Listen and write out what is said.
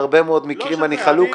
בהרבה מאוד מקרים אני חלוק עליו,